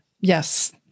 Yes